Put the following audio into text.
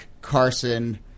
Carson